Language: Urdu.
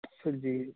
پھر بھی